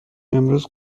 امروز